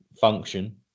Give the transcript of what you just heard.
function